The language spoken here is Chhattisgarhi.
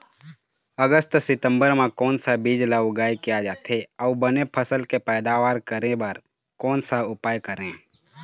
अगस्त सितंबर म कोन सा बीज ला उगाई किया जाथे, अऊ बने फसल के पैदावर करें बर कोन सा उपाय करें?